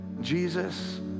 Jesus